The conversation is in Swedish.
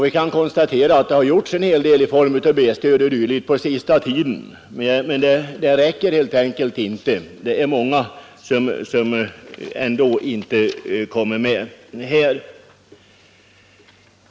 Vi kan konstatera att det har gjorts en hel del i form av B-stöd o. d. på senaste tiden, men det räcker helt enkelt inte — det är många som ändå inte kommer med här.